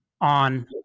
on